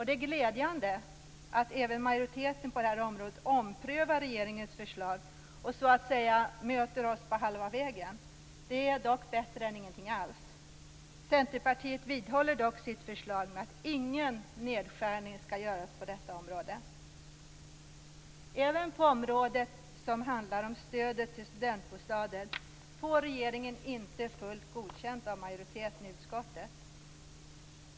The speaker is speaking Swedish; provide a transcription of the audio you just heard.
Det är glädjande att även majoriteten på detta område omprövar regeringens förslag och så att säga möter oss på halva vägen. Det är bättre än ingenting. Centerpartiet vidhåller dock sitt förslag om att ingen nedskärning skall göras på detta område. Även på området som handlar om stödet till studentbostäder får regeringen inte fullt godkänt av majoriteten i utskottet.